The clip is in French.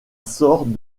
sort